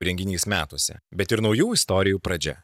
renginys metuose bet ir naujų istorijų pradžia